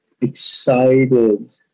excited